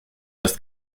ist